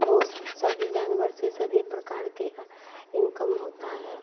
बहुत सभी जानवर से सभी प्रकार के इनकम होता है